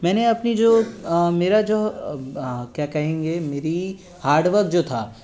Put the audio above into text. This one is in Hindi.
मैंने अपनी जो मेरा जो क्या कहेंगे मेरी हार्डवर्क जो था